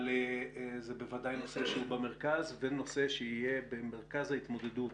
אבל זה בוודאי נושא שיהיה במרכז ההתמודדות